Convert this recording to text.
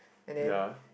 ya